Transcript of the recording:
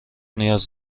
نیاز